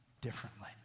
differently